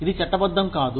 ఇది చట్టబద్ధం కాదు